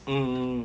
mm